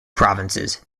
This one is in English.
provinces